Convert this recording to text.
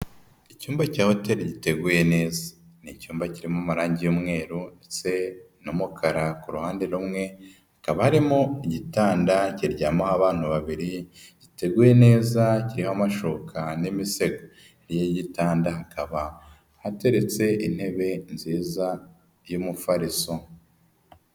Icyumba cya hotel giteguye neza, ni icyumba kirimo amarangi y'umweru ndetse n'umukara, ku ruhande rumwe hakaba harimo igitanda kiryamaho abana babiri, giteguye neza kiriho amashoka n'imisego, imbere y'igitanda hakaba hateretse intebe nziza y'umufariso.